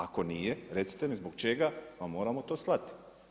Ako nije recite mi zbog čega vam moramo to slati.